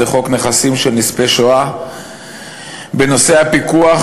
בחוק נכסים של נספי השואה בנושא הפיקוח